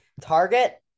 Target